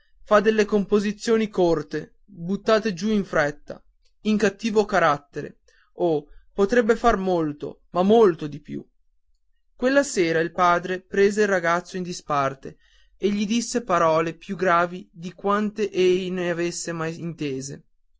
fa delle composizioni corte buttate giù in fretta in cattivo carattere oh potrebbe far molto ma molto di più quella sera il padre prese il ragazzo in disparte e gli disse parole più gravi di quante ei ne avesse mai intese